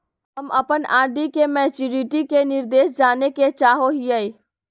हम अप्पन आर.डी के मैचुरीटी के निर्देश जाने के चाहो हिअइ